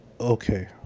Okay